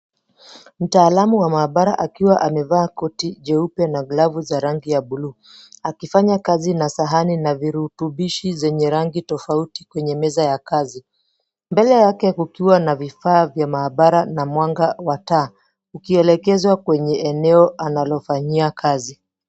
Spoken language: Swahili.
Mtaalamu wa maabara akiwa amevaa koti jeupe na glavu za rangi ya buluu, akifanya kazi na sahani na virutubishi zenye rangi tofauti kwenye meza ya kazi. Mbele yake kukiwa na vifaa vya maabara na mwanga wa taa ukielekezwa kwenye eneo analofanyia kazi.